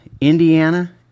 Indiana